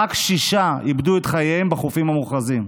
ורק שישה איבדו את חייהם בחופים המוכרזים.